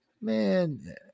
Man